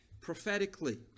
prophetically